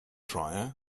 dryer